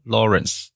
Lawrence